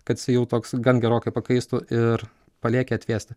kad jisai jau toks gan gerokai pakaistų ir palieki atvėsti